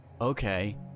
okay